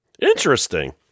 Interesting